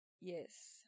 Yes